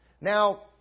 Now